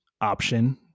option